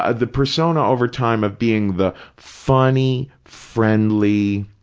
ah the persona over time of being the funny, friendly,